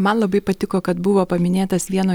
man labai patiko kad buvo paminėtas vieno